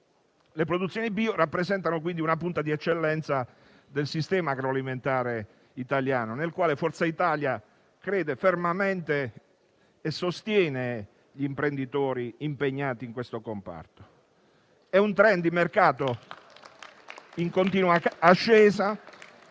Le produzioni bio rappresentano quindi una punta di eccellenza del sistema agroalimentare italiano, nel quale Forza Italia crede fermamente, sostenendo gli imprenditori impegnati in questo comparto. È un *trend* di mercato in continua ascesa,